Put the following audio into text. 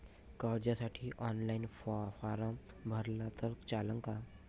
कर्जसाठी online form भरला तर चालन का?